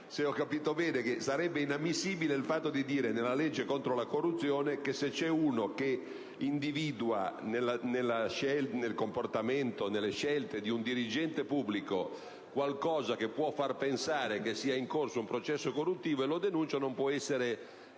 se ho capito bene - che sarebbe improponibile prevedere nella legge contro la corruzione che, se c'è uno che individua nel comportamento o nelle scelte di un dirigente pubblico qualcosa che può far pensare che sia in corso un processo corruttivo e lo denuncia, questi non può essere